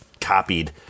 copied